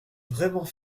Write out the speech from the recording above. vraiment